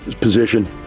position